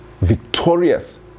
victorious